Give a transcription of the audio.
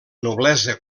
noblesa